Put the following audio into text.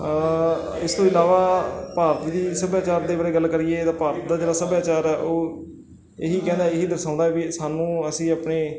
ਇਸ ਤੋਂ ਇਲਾਵਾ ਭਾਵ ਜਿਹੜੀ ਸੱਭਿਆਚਾਰ ਦੇ ਬਾਰੇ ਗੱਲ ਕਰੀਏ ਤਾਂ ਭਾਰਤ ਦਾ ਜਿਹੜਾ ਸੱਭਿਆਚਾਰ ਹੈ ਉਹ ਇਹੀ ਕਹਿੰਦਾ ਇਹੀ ਦਰਸਾਉਂਦਾ ਵੀ ਸਾਨੂੰ ਅਸੀਂ ਆਪਣੇ